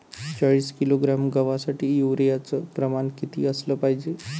चाळीस किलोग्रॅम गवासाठी यूरिया च प्रमान किती असलं पायजे?